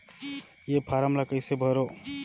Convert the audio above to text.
ये फारम ला कइसे भरो?